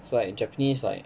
so like japanese like